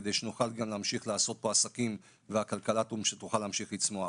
כדי שנוכל גם להמשיך לעשות פה עסקים והכלכלה תוכל להמשיך לצמוח.